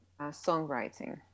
songwriting